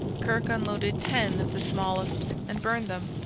kirke unloaded ten of the smallest and burned them.